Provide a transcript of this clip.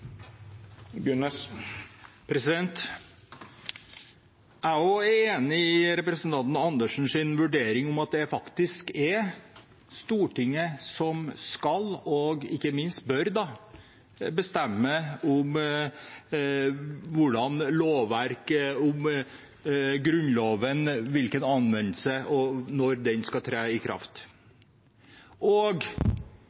er også enig i representanten Andersens vurdering om at det faktisk er Stortinget som skal og ikke minst bør bestemme når det gjelder lovverket og Grunnloven – om anvendelse og når det skal tre i kraft.